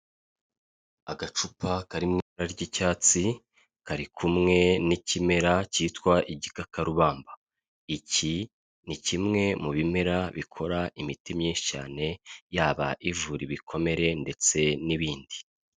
Agacupa kari mu ibara ry'icyatsi, kari kumwe n'ikimera cyitwa igikakarubamba, iki ni kimwe mu bimera bikora imiti myinshi cyane, yaba ivura ibikomere ndetse n'ibindi.